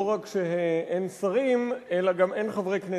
לא רק שאין שרים, אלא גם אין חברי כנסת.